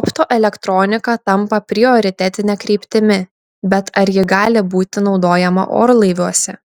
optoelektronika tampa prioritetine kryptimi bet ar ji gali būti naudojama orlaiviuose